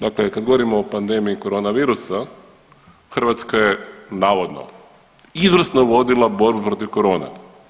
Dakle, kad govorimo o pandemiji korona virusa Hrvatska je navodno izvrsno vodila borbu protiv korona.